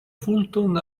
fulton